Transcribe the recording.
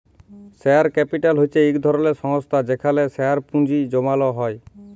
share capital হছে ইক ধরলের সংস্থা যেখালে শেয়ারে পুঁজি জ্যমালো হ্যয়